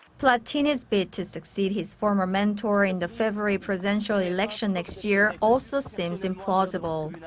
platini's bid to succeed his former mentor in the february presidential election next year also seems implausible.